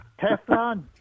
Teflon